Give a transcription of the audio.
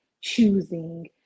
choosing